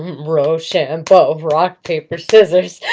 rochambeau, rock-paper-scissors